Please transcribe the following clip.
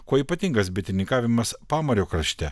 kuo ypatingas bitininkavimas pamario krašte